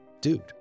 dude